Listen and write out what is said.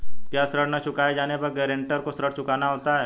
क्या ऋण न चुकाए जाने पर गरेंटर को ऋण चुकाना होता है?